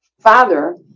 father